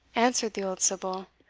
answered the old sibyl,